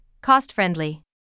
cost-friendly